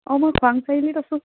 অঁ মই খোৱাং চাৰিআলিত আছোঁ